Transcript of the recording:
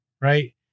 Right